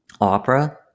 Opera